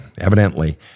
evidently